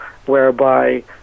whereby